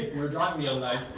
we were driving the ah like